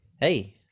Hey